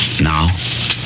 now